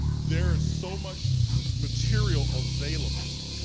there is so much material available